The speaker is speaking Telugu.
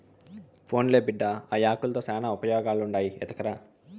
పోన్లే బిడ్డా, ఆ యాకుల్తో శానా ఉపయోగాలుండాయి ఎత్తకరా